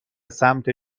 سمت